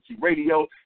Radio